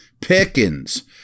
Pickens